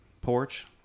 porch